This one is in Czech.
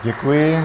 Děkuji.